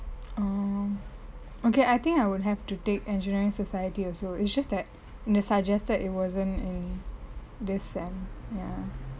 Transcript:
orh okay I think I would have to take engineering society also it's just that in the suggested it wasn't in this sem